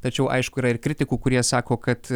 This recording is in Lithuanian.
tačiau aišku yra ir kritikų kurie sako kad